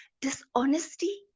dishonesty